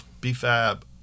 B-Fab